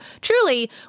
truly